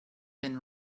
been